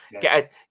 get